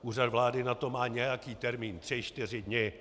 Úřad vlády na to má nějaký termín, tři čtyři dny.